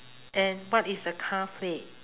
and what is the car plate